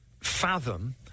fathom